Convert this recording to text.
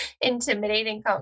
intimidating